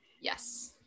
yes